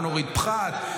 בוא נוריד פחת,